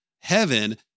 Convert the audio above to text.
heaven